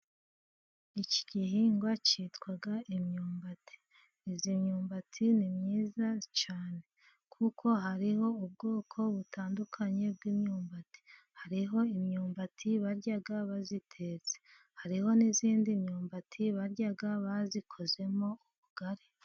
Iki gihingwa cyitwa imyumbati iyi myumbati ni myiza cyane, kuko hariho ubwoko butandukanye bw'imyumbati, hariho imyumbati barya bayitetse hariho n'izindi myumbati barya bayikozemo ubugari.